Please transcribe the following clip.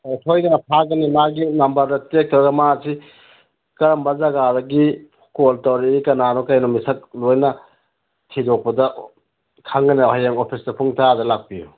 ꯑꯣ ꯁꯣꯏꯗꯅ ꯐꯥꯒꯅꯤ ꯃꯥꯒꯤ ꯅꯝꯕꯔꯗꯣ ꯇ꯭ꯔꯦꯛ ꯇꯧꯔꯒ ꯃꯥꯁꯤ ꯀꯔꯝꯕ ꯖꯒꯥꯗꯒꯤ ꯀꯣꯜ ꯇꯧꯔꯛꯏ ꯀꯅꯥꯅꯣ ꯀꯔꯤꯅꯣ ꯃꯁꯛ ꯂꯣꯏꯅ ꯊꯤꯗꯣꯛꯄꯗ ꯈꯪꯒꯅꯤ ꯍꯌꯦꯡ ꯑꯣꯐꯤꯁꯇ ꯄꯨꯡ ꯇꯔꯥꯗ ꯂꯥꯛꯄꯤꯌꯨ